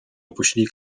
opuścili